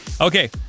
Okay